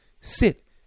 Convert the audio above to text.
Sit